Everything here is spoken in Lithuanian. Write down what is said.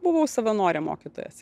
buvau savanorė mokytojas